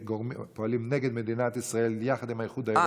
שפועלים נגד מדינת ישראל יחד עם האיחוד האירופי.